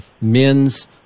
men's